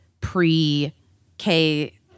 pre-K